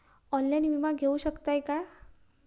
Online विमा घेऊ शकतय का?